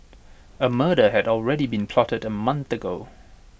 A murder had already been plotted A month ago